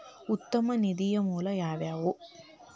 ಉತ್ತಮ ನಿಧಿಯ ಮೂಲ ಯಾವವ್ಯಾವು?